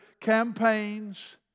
campaigns